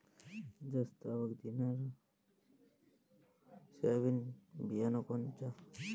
जास्त आवक देणनरं सोयाबीन बियानं कोनचं?